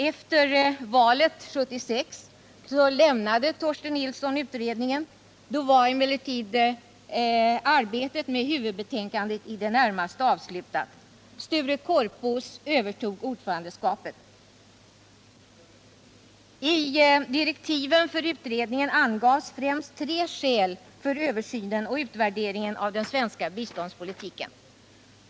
Efter valet 1976 lämnade Torsten Nilsson utredningen, men då var arbetet med huvudbetänkandet i det närmaste avslutat. Sture Korpås övertog ordförandeskapet. I direktiven för utredningen angavs främst tre skäl för översynen och utvärderingen av den svenska biståndspolitiken.